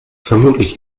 vermutlich